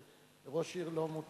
ולראש עיר לא מותר?